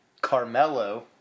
Carmelo